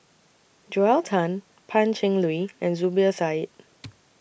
Joel Tan Pan Cheng Lui and Zubir Said